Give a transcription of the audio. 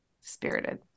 Spirited